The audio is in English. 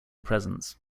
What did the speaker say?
presence